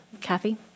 Kathy